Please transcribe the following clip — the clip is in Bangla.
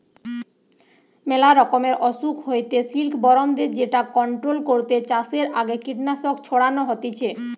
মেলা রকমের অসুখ হইতে সিল্কবরমদের যেটা কন্ট্রোল করতে চাষের আগে কীটনাশক ছড়ানো হতিছে